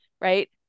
right